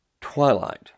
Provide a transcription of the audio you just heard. twilight